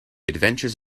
adventures